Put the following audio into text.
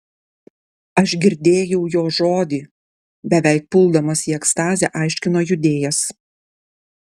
aš girdėjau jo žodį beveik puldamas į ekstazę aiškino judėjas